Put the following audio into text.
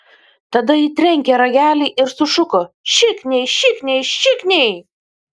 tada ji trenkė ragelį ir sušuko šikniai šikniai šikniai